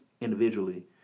individually